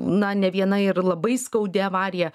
na ne viena ir labai skaudi avarija